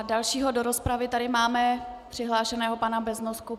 Dalšího do rozpravy tady máme přihlášeného pana Beznosku.